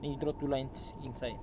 then you draw two lines inside